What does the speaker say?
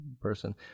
person